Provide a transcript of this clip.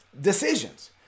decisions